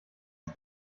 ist